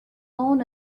own